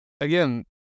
again